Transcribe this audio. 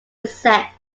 essex